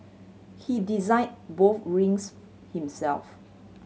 he designed both rings himself